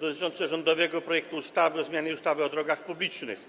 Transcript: dotyczące rządowego projektu ustawy o zmianie ustawy o drogach publicznych.